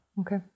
Okay